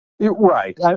Right